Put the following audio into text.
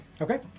Okay